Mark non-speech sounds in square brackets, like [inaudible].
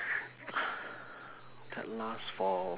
[breath] last for a